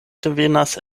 devenas